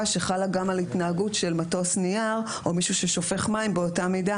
שחלה גם על התנהגות של מטוס נייר או מישהו ששופך מים באותה מידה